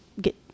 get